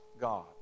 God